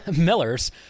Miller's